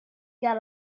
got